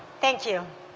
thank you.